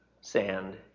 sand